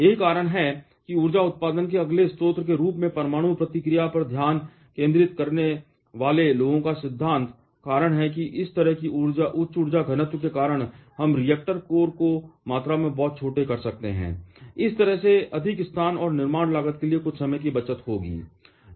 यही कारण है कि ऊर्जा उत्पादन के अगले स्रोत के रूप में परमाणु प्रतिक्रिया पर ध्यान केंद्रित करने वाले लोगों का सिद्धांत कारण है और इस तरह के उच्च ऊर्जा घनत्व के कारण हम रिएक्टर कोर को मात्रा में बहुत छोटे हो सकते हैं इस तरह से अधिक स्थान और निर्माण लागत के कुछ समय की बचत होती है